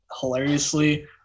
hilariously